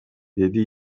деди